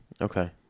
Okay